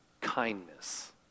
kindness